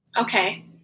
Okay